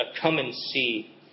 come-and-see